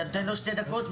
תאפשר לו בבקשה.